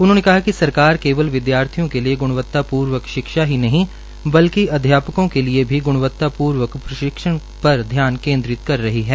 उन्होंने कहा कि सरकार केवल विद्यार्थियों के लिए ग्णात्मक शिक्षा ही नहीं बल्कि अध्यापकों के लिए गुणात्मक पर्वक प्रशिक्षण पर ध्यान केंद्रि कर रही है